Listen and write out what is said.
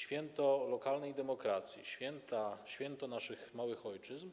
Święto lokalnej demokracji, święto naszych małych ojczyzn